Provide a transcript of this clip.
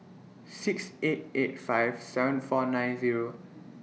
six eight eight five seven four nine Zero